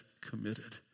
committed